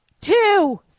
Two